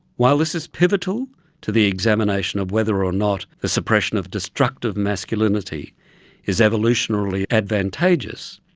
while this is pivotal to the examination of whether or not the suppression of destructive masculinity is evolutionarily advantageous,